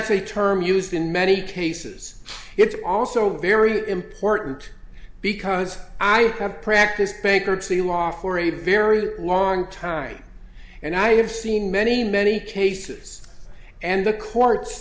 a term used in many cases it's also very important because i have practiced bankruptcy law for a very long time and i have seen many many cases and the courts